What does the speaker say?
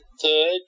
third